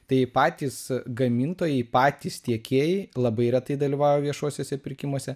tai patys gamintojai patys tiekėjai labai retai dalyvauja viešuosiuose pirkimuose